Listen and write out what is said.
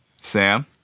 Sam